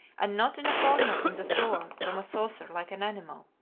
and not in a corner on the floor, from a saucer, like an animal.